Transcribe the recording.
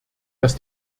das